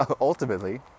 ultimately